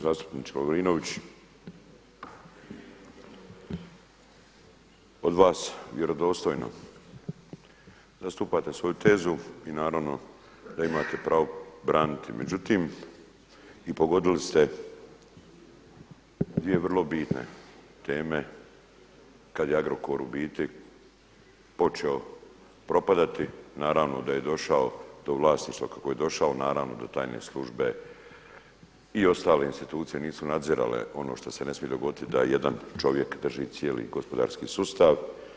Zastupniče Lovrinović, od vas vjerodostojno zastupate svoju tezu i naravno da imate pravo braniti, međutim i pogodili ste dvije vrlo bitne teme kada je Agrokor počeo propadati naravno da je došao do vlasništva kako je došao, naravno da tajne službe i ostale institucije nisu nadzirale ono što se ne smije dogoditi, da jedan čovjek drži cijeli gospodarski sustav.